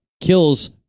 kills